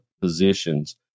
positions